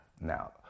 now